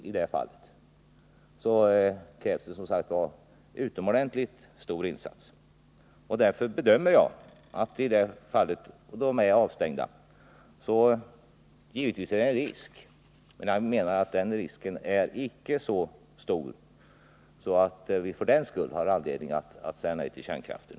Även om kärnkraftverken är avstängda föreligger det ändå en viss risk. Men jag anser att den risken icke är så stor att vi för den skull har anledning att säga nej till kärnkraften.